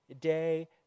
day